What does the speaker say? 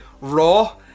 Raw